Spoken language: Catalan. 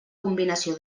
combinació